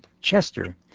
Chester